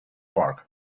park